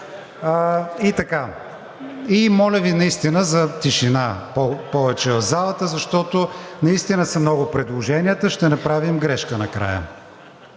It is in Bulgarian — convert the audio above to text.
прави. И моля Ви наистина за повече тишина в залата, защото наистина са много предложенията, ще направим грешка накрая.